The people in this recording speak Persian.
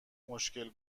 مشکل